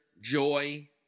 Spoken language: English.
joy